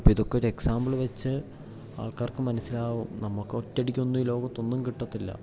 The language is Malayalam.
അപ്പം ഇതൊക്കെ ഒരു എക്സാമ്പിള് വച്ചു ആൾക്കാർക്ക് മനസ്സിലാവും നമുക്ക് ഒറ്റ അടിക്കൊന്നും ഈ ലോകത്ത് ഒന്നും കിട്ടത്തില്ല